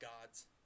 gods